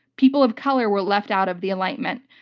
people of color were left out of the enlightenment.